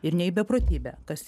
ir ne į beprotybę kas